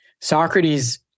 Socrates